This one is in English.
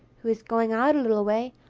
who was going out a little way,